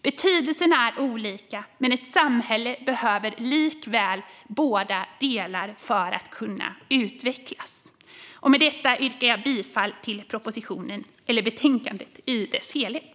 Betydelserna är olika, men ett samhälle behöver likväl båda delarna för att kunna utvecklas. Med detta yrkar jag bifall till förslaget i betänkandet i dess helhet.